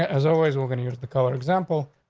as always, we're gonna use the color example,